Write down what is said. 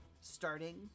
starting